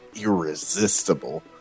irresistible